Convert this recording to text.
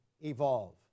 evolve